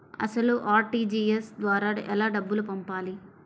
అసలు అర్.టీ.జీ.ఎస్ ద్వారా ఎలా డబ్బులు పంపాలి?